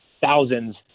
thousands